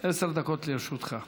עשר דקות לרשותך.